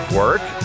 work